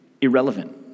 irrelevant